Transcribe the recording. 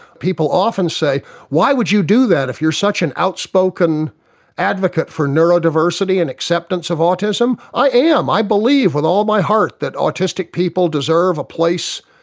people often say why would you do that if you're such an outspoken advocate for neuro-diversity and acceptance of autism? i am. i believe with all my heart that autistic people deserve a place,